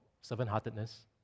servant-heartedness